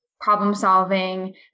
problem-solving